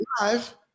live